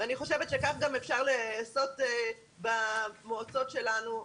אני חושבת שכך אפשר לעשות במועצות שלנו.